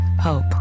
hope